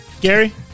Gary